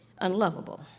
unlovable